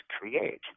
create